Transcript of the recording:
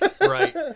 Right